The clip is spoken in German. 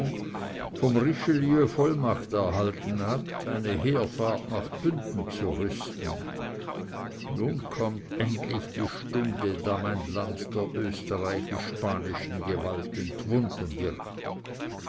von richelieu vollmacht erhalten hat eine heerfahrt nach bünden zu rüsten nun kommt endlich die stunde da mein land der österreichisch spanischen gewalt entwunden wird